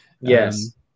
Yes